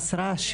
רש"י,